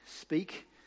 speak